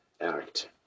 act